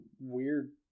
weird